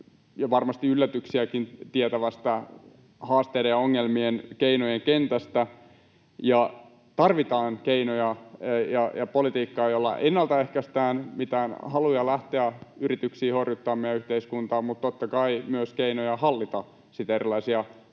ja varmasti yllätyksiäkin tietävästä haasteiden ja ongelmien ja keinojen kentästä, ja tarvitaan keinoja ja politiikkaa, joilla ennaltaehkäistään mitään haluja lähteä yrityksiin horjuttaa meidän yhteiskuntaa, mutta totta kai myös keinoja hallita erilaisia tilanteita,